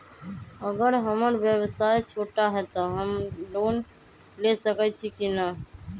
अगर हमर व्यवसाय छोटा है त हम लोन ले सकईछी की न?